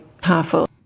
powerful